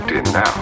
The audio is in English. now